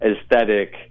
aesthetic